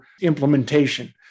implementation